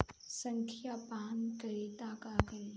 संखिया पान करी त का करी?